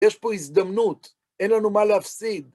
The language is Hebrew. יש פה הזדמנות, אין לנו מה להפסיד.